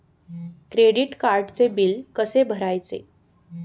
Credit कार्डचे bill कसे भरायचे?